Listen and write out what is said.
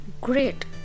great